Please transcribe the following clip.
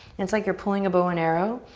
it's like you're pulling a bow and arrow.